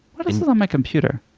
what else is on my computer?